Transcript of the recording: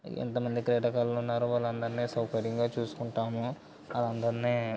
ఎంత మంది క్రీడాకారులు ఉన్నారో వాళ్ళందర్నీ సౌకర్యంగా చూస్కుంటాము వాళ్ళందర్నీ